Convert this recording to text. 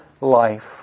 life